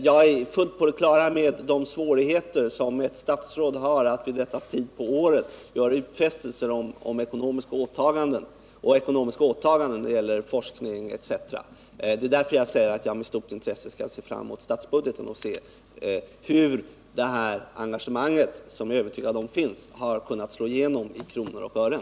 Jag är fullt på det klara med de svårigheter som ett statsråd har att vid denna tid på året göra utfästelser om ekonomiska åtaganden när det gäller forskning etc. Det är därför jag säger att jag med stort intresse avvaktar statsbudgeten för att se hur det engagemang som jag är övertygad om finns kunnat slå igenom i kronor och ören.